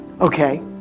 Okay